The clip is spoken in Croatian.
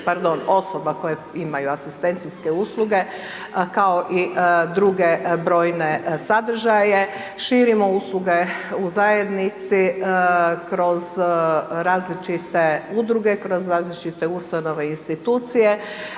osoba koje imaju asistencijske usluge kao i druge brojne sadržaje. Širimo usluge u zajednici kroz različite udruge, kroz različite ustanove i institucije,